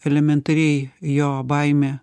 elementariai jo baime